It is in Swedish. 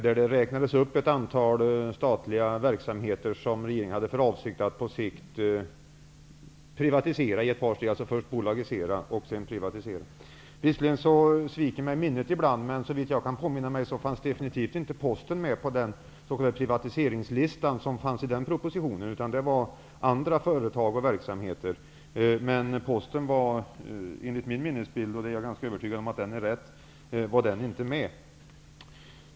Där räknades det upp ett antal statliga verksamheter som regeringen hade för avsikt att på sikt privatisera i ett par steg, alltså först bolagisera och sedan privatisera. Visserligen sviker mig minnet ibland, men såvitt jag kan påminna mig fanns definitivt inte Posten med på den s.k. privatiseringslistan i den propositionen, utan det var andra företag och verksamheter. Enligt min minnesbild, och jag är ganska övertygad om att den är riktig, var Posten inte med.